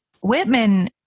Whitman